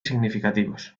significativos